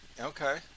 okay